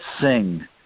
sing